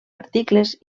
articles